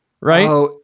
right